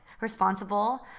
responsible